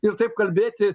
ir taip kalbėti